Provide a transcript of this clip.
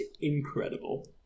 incredible